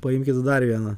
paimkit dar vieną